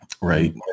right